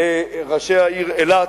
ראשי העיר אילת,